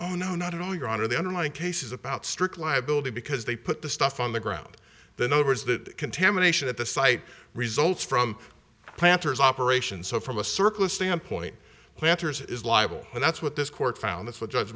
oh no not at all your honor the underlying case is about strict liability because they put the stuff on the ground the numbers that contamination at the site results from planters operation so from a surplus standpoint planter's is liable and that's what this court found that's what judge